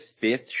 fifth